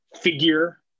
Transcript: figure